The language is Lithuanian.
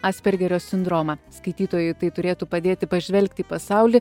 aspergerio sindromą skaitytojui turėtų padėti pažvelgti į pasaulį